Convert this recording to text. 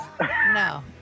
No